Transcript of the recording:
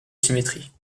symétrie